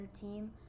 team